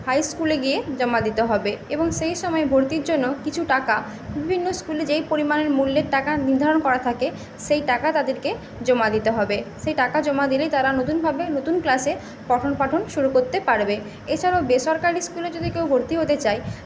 high স্কুলে গিয়ে জমা দিতে হবে এবং সেই সময়ে ভর্তির জন্য কিছু টাকা বিভিন্ন স্কুলে যেই পরিমাণের মূল্যের টাকা নির্ধারণ করা থাকে সেই টাকা তাদেরকে জমা দিতে হবে সেই টাকা জমা দিলেই তারা নতুনভাবে নতুন ক্লাসে পঠন পাঠন শুরু করতে পারবে এছাড়াও বেসরকারি স্কুলে যদি কেউ ভর্তি হতে চায়